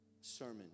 Sermon